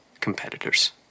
Competitors